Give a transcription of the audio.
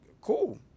cool